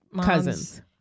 cousins